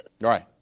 right